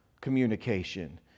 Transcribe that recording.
communication